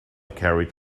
carried